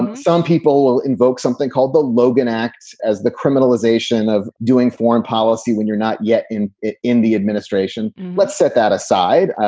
some people will invoke something called the logan act as the criminalization of doing foreign policy when you're not yet in it in the administration. let's set that aside.